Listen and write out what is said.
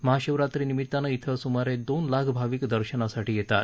महाशिवरात्री निमित्तानं इथं सुमारे दोन लाख भाविक दर्शनासाठी येतात